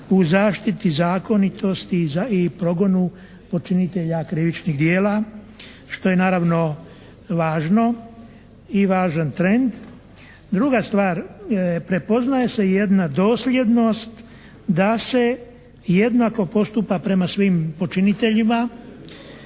u zaštiti zakonitosti i progonu počinitelja krivičnih djela što je naravno lažno i važan trend. Druga stvar, prepoznaje se jedna dosljednost da se jednako postupa prema svim počiniteljima.